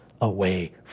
away